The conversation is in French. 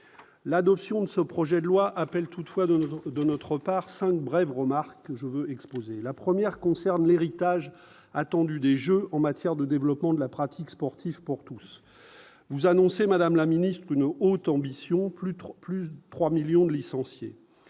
l'adoption de ce projet de loi appelle toutefois de de notre part enfin brève remarque je veux exposer la première concerne l'héritage attendue des Jeux en matière de développement de la pratique sportive pour tous, vous annoncez, madame la ministre, une autre ambition : plus 3 plus de 3 millions de licenciés,